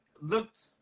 looked